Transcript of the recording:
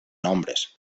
nombres